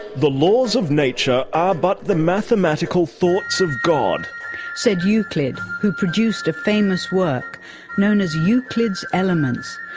the laws of nature are but the mathematical thoughts of god said euclid, who produced a famous work known as euclid's elements,